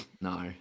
No